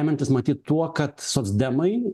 remiantis matyt tuo kad socdemai